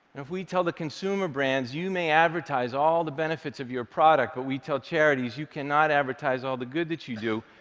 if we tell the consumer brands, you may advertise all the benefits of your product, but we tell charities, you cannot advertise all the good that you do,